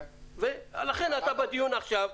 לכן אתה בדיון עכשיו,